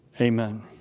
amen